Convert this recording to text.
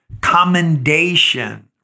commendation